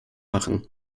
machen